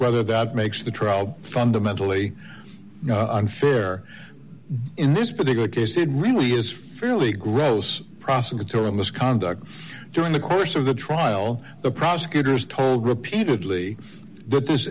whether that makes the trial fundamentally unfair in this particular case it really is fairly gross prosecutorial misconduct during the course of the trial the prosecutors told repeatedly that this